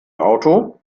auto